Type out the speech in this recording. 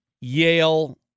Yale